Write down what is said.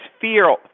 feel